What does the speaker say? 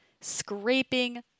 scraping